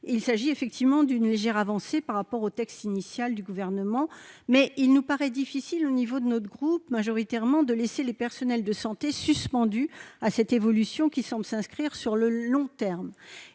il s'agit effectivement d'une légère avancée par rapport au texte initial du gouvernement mais il nous paraît difficile au niveau de notre groupe majoritairement de laisser les personnels de santé, suspendu à cette évolution qui semble s'inscrire sur le long terme